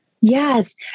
Yes